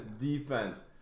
defense